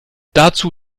dazu